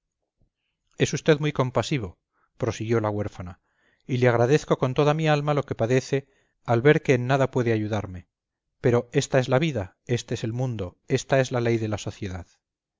es usted muy compasivo prosiguió la huérfana y le agradezco con toda mi alma lo que padece al ver que en nada puede ayudarme pero ésta es la vida éste es el mundo ésta es la ley de la sociedad